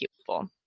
people